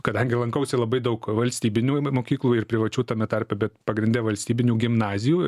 kadangi lankausi labai daug valstybinių mokyklų ir privačių tame tarpe bet pagrinde valstybinių gimnazijų